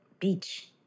beach